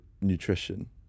nutrition